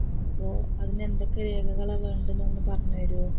അപ്പോൾ അതിന് എന്തൊക്കെ രേഖകളാണ് വേണ്ടതെന്ന് ഒന്ന് പറഞ്ഞ് തരുമോ